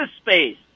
space